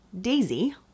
Daisy